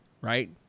Right